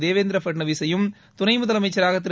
தேவேந்திர பட்னாவிசையும் துணை முதலமைச்சராக திரு